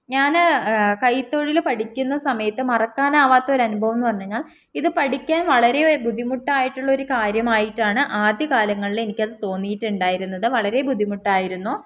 ഞാൻ കൈത്തൊഴിൽ പഠിക്കുന്ന സമയത്ത് മറക്കാനാവാത്തൊരു അനുഭവം എന്ന് പറഞ്ഞ് കഴിഞ്ഞാൽ ഇത് പഠിക്കാൻ വളരെ ബുദ്ധിമുട്ടായിട്ടുള്ള ഒരു കാര്യമായിട്ടാണ് ആദ്യ കാലങ്ങളിൽ എനിക്ക് അത് തോന്നിയിട്ടുണ്ടായിരുന്നത് വളരെ ബുദ്ധിമുട്ടായിരുന്നു